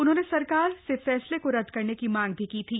उन्होंने सरकार से फैसले को रद्द करने की मांग भी की थी